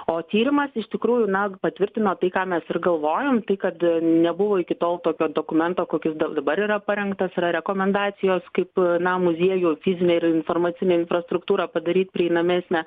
o tyrimas iš tikrųjų na patvirtina tai ką mes ir galvojom kad nebuvo iki tol tokio dokumento kokis da dabar yra parengtas yra rekomendacijos kaip na muziejų fizinę ir informacinę infrastruktūrą padaryt prieinamesnę